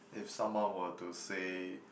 if someone were to say